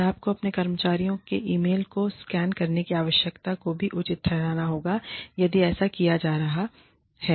और आपको अपने कर्मचारियों के ईमेल को स्कैन करने की आवश्यकता को भी उचित ठहराना होगा यदि ऐसा किया जा रहा है